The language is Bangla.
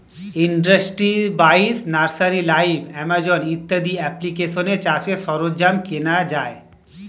ইন্ডাস্ট্রি বাইশ, নার্সারি লাইভ, আমাজন ইত্যাদি অ্যাপ্লিকেশানে চাষের সরঞ্জাম কেনা যায়